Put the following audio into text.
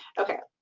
okay.